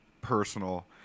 personal